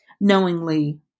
knowingly